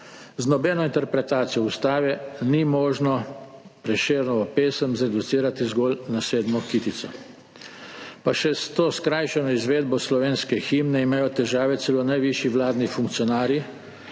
Z nobeno interpretacijo ustave ni možno Prešernovo pesem zreducirati zgolj na sedmo kitico, pa še s to skrajšano izvedbo slovenske himne imajo težave celo najvišji vladni funkcionarji,